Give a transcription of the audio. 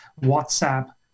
WhatsApp